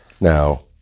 Now